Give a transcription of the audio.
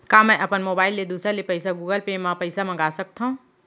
का मैं अपन मोबाइल ले दूसर ले पइसा गूगल पे म पइसा मंगा सकथव?